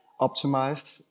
optimized